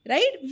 Right